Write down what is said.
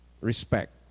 respect